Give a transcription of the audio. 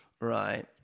right